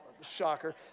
shocker